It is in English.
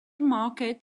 market